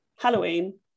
Halloween